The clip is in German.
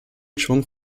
schwung